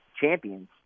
champions